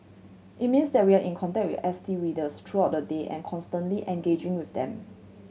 it means that we are in contact with S T readers throughout the day and constantly engaging with them